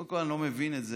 קודם כול, אני לא מבין את זה.